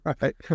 Right